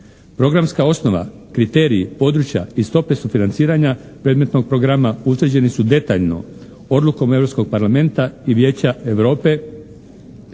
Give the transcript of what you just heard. Programska osnova, kriteriji, područja i stope sufinanciranja predmetnog programa utvrđeni su detaljno odlukom Europskog parlamenta i vijeća. Svrha